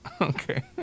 Okay